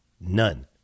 None